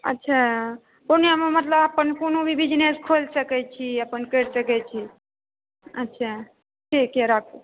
अच्छा कोनो भी मतलब अपन कोनो भी बिजनेस खोलि सकै छी अपन करि सकैत छी अच्छा ठीक यएह राखु